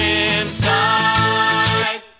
inside